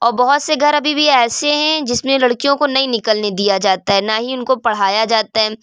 اور بہت سے گھر ابھی بھی ایسے ہیں جس میں لڑکیوں کو نہیں نکلنے دیا جاتا ہے نہ ہی ان کو پڑھایا جاتا ہے